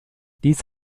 dies